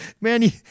Man